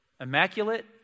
Immaculate